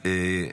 בבקשה, אדוני.